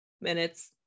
minutes